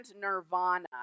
Nirvana